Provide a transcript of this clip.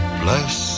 bless